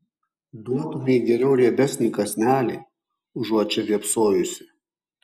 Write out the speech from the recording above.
duotumei geriau riebesnį kąsnelį užuot čia vėpsojusi